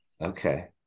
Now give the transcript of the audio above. Okay